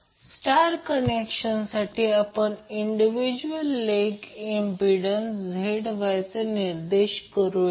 तर स्टार कनेक्शनसाठी आपण इंडिव्हिज्युअल लेग इंम्प्पिडन्स ZYचा निर्देश करूया